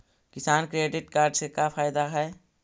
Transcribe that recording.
किसान credit card से का फायदा है?